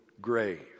grave